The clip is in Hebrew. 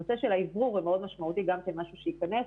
הנושא של האוורור מאוד משמעותי גם כמשהו שייכנס.